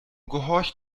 gehorcht